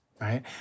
right